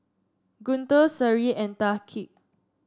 Guntur Seri and Thaqif